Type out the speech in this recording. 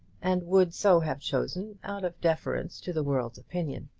and would so have chosen out of deference to the world's opinion.